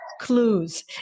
Clues